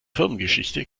firmengeschichte